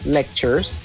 lectures